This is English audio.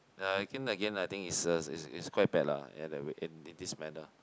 uh I think again like I think it's a is is quite bad lah in a way in in this manner